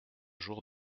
jours